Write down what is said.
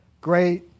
great